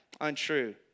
untrue